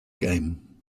game